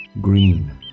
Green